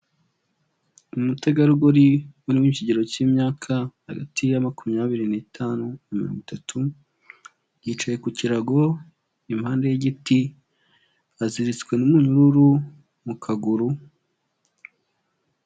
Umutegarugori uri mu kigero cy'imyaka hagati ya makumyabiri n'itanu na mirongo itatu, yicaye ku kirago impande y'igiti aziritswe n'umuyururu mu kaguru.